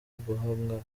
guhangana